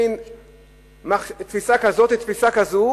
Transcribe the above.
בין תפיסה כזו לתפיסה כזו.